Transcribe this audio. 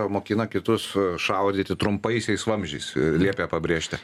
mokina kitus šaudyti trumpaisiais vamzdžiais liepė pabrėžti